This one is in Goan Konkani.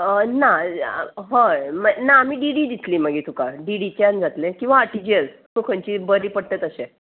ना हय ना आमी डी डी दितली मागीर तुका डीडीच्यान जातलें किंवां आर टी जी एस तूं खंयची बरी पडटा तशें